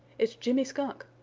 it's jimmy skunk.